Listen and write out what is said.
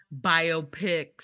biopics